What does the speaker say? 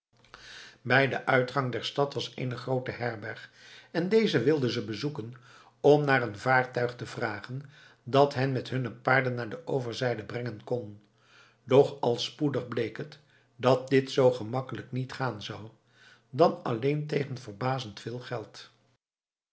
bij den uitgang der stad was eene groote herberg en deze wilden ze bezoeken om naar een vaartuig te vragen dat hen met hunne paarden naar de overzijde brengen kon doch al spoedig bleek het dat dit zoo gemakkelijk niet gaan zou dan alleen tegen verbazend veel geld